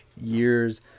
years